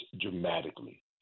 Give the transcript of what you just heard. dramatically